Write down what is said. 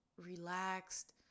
relaxed